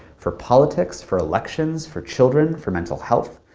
for politics, for elections, for children, for mental health.